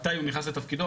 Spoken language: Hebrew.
מתי הוא נכנס לתפקידו,